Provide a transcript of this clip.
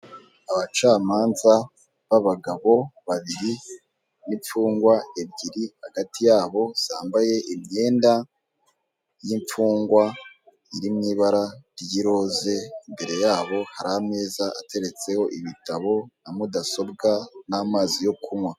Abacamanza b'abagabo babiri n'imfungwa ebyiri hagati yabo zambaye imyenda y'imfungwa, iri mu ibara ry'iroze, imbere yabo hari ameza ateretseho ibitabo na mudasobwa n'amazi yo kunywa.